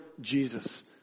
Jesus